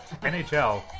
NHL